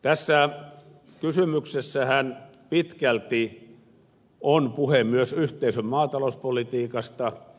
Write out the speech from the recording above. tässä kysymyksessähän pitkälti on puhe myös yhteisön maatalouspolitiikasta